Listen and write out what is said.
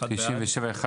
הצבעה בעד,